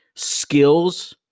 Skills